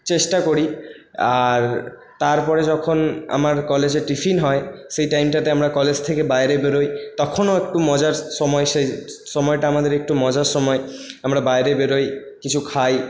চেষ্টা করি আর তারপরে যখন আমার কলেজে টিফিন হয় সেই টাইমটাতে আমরা কলেজ থেকে বাইরে বেরোই তখনও একটু মজার সময় সেই সময়টা আমাদের একটু মজার সময় আমরা বাইরে বেরোই কিছু খাই